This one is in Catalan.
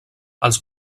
els